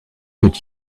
would